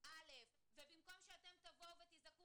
אומר לי שהוא שבר את השיניים